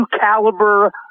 caliber